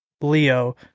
Leo